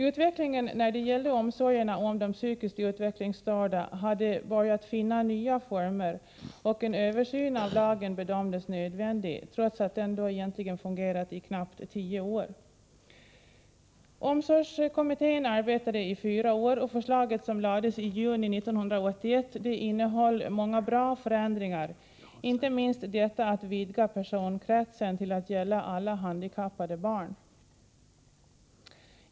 Utvecklingen när det gäller omsorgerna om de psykiskt utvecklingsstörda hade börjat finna nya former, och en översyn av lagen bedömdes nödvändig, trots att lagen egentligen fungerat i knappt tio år. Omsorgskommittén arbetade i fyra år, och förslaget som lades fram i juni 1981 innehöll många bra förändringar, inte minst detta att vidga personkretsen till att gälla alla handikappade barn.